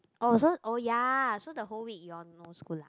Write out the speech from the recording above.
oh so oh ya so the whole week you all no school lah